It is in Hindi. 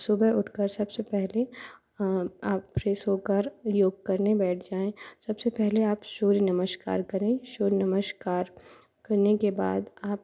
सुबह उठ कर सबसे पहले आप फ़्रेश होकर योग करने बैठ जाएँ सबसे पहले आप सूर्य नमस्कार करें सूर्य नमस्कार करने के बाद आप